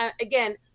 again